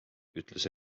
ütles